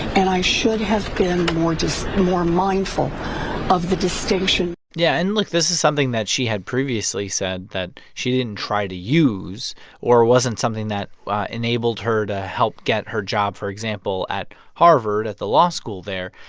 and i should have been more just more mindful of the distinction. yeah. and look. this is something that she had previously said that she didn't try to use or wasn't something that enabled her to help get her job, for example, at harvard at the law school there.